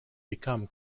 become